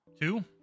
Two